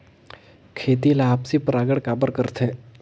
खेती ला आपसी परागण काबर करथे?